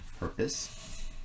Purpose